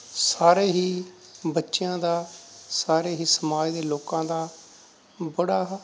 ਸਾਰੇ ਹੀ ਬੱਚਿਆਂ ਦਾ ਸਾਰੇ ਹੀ ਸਮਾਜ ਦੇ ਲੋਕਾਂ ਦਾ ਬੜਾ